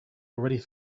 already